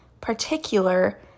particular